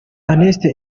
amnesty